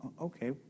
okay